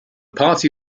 party